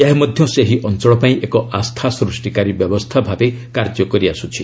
ଏହା ମଧ୍ୟ ସେହି ଅଞ୍ଚଳ ପାଇଁ ଏକ ଆସ୍ଥା ସୃଷ୍ଟିକାରୀ ବ୍ୟବସ୍ଥା ଭାବେ କାର୍ଯ୍ୟ କରିଆସୁଛି